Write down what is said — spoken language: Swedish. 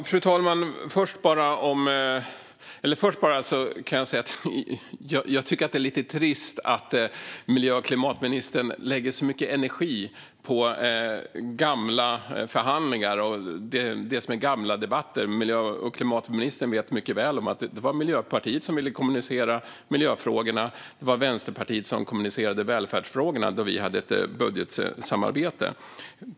Fru talman! Först kan jag ju säga att jag tycker att det är lite trist att miljö och klimatministern lägger så mycket energi på gamla förhandlingar och gamla debatter. Miljö och klimatministern vet mycket väl att det var Miljöpartiet som ville kommunicera miljöfrågorna och Vänsterpartiet som kommunicerade välfärdsfrågorna då vi hade ett budgetsamarbete.